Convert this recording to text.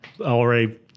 already